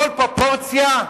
כל פרופורציה?